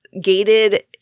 gated